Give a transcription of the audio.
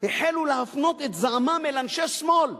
החלו להפנות את זעמם אל אנשי שמאל,